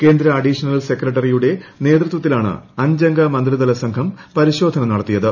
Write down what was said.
കേന്ദ്ര അഡീഷണൽ സെക്രട്ടറിയുടെ നേതൃത്വത്തിലാണ് അഞ്ചംഗ മന്ത്രിതല സംഘം പരിശോധന നടത്തിയത്